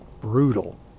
brutal